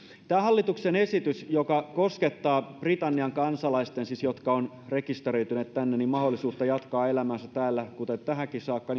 tämä hallituksen esitys joka koskettaa britannian kansalaisten siis niiden jotka ovat rekisteröityneet tänne mahdollisuutta jatkaa elämäänsä täällä kuten tähänkin saakka